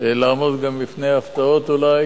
לעמוד גם בפני הפתעות, אולי,